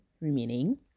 remaining